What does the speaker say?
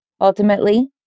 Ultimately